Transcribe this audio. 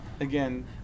Again